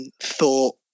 thought